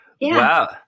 Wow